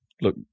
look